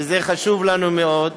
וזה חשוב לנו מאוד,